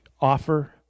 offer